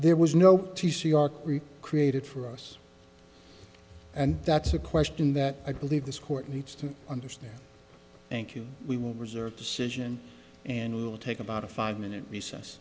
there was no t c r created for us and that's a question that i believe this court needs to understand thank you we will reserve decision and will take about a five minute recess